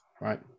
right